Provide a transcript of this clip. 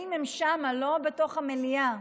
התאים הם שם, לא בתוך המליאה,